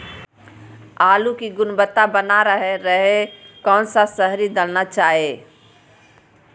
आलू की गुनबता बना रहे रहे कौन सा शहरी दलना चाये?